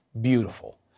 beautiful